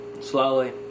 slowly